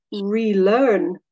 relearn